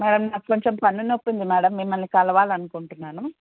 madam నాకు కొంచెం పన్ను నొప్పి ఉంది మ్యాడమ్ మిమ్మల్ని కలవాలి అనుకుంటున్నాను